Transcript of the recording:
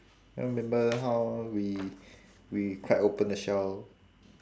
I remember how we we cracked open the shell